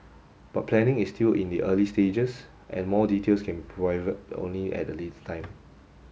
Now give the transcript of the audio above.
but planning is still in the early stages and more details can provided only at a later time